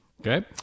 okay